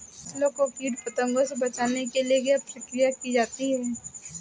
फसलों को कीट पतंगों से बचाने के लिए क्या क्या प्रकिर्या की जाती है?